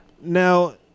Now